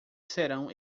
serão